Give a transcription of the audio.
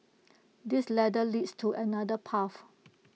this ladder leads to another path